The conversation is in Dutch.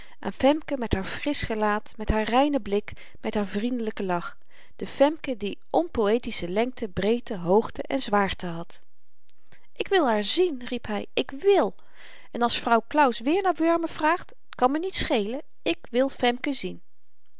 aan femke met haar frisch gelaat met haar reinen blik met haar vriendelyken lach de femke die onpoëtische lengte breedte hoogte en zwaarte had ik wil haar zien riep hy ik wil en als vrouw claus weer naar wurmen vraagt t kan me niet schelen ik wil femke zien